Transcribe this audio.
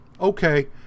okay